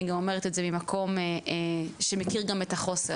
אני גם אומרת את זה ממקום שמכיר גם את החוסר.